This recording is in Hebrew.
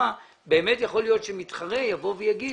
באמת יכול להיות שמתחרה יבוא ויגיד